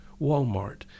Walmart